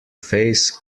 face